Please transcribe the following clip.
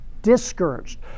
discouraged